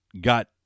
got